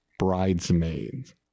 Bridesmaids